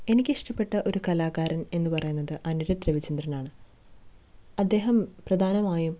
എനിക്കിഷ്ടപ്പെട്ട ഒരു കലാകാരൻ എന്നു പറയുന്നത് അനിരുദ്ധ് രവിചന്ദ്രനാണ് അദ്ദേഹം പ്രധാനമായും